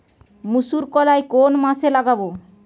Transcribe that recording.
মুসুর কলাই কোন মাসে লাগাব?